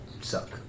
suck